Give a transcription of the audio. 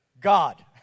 God